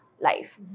life